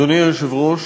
אדוני היושב-ראש,